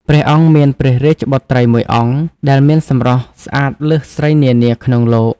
ព្រះអង្គមានព្រះរាជបុត្រីមួយអង្គ ដែលមានសម្រស់ស្អាតលើសស្រីនានាក្នុងលោក។